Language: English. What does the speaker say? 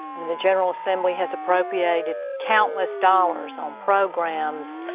the general assembly has appropriated countless dollars on programs,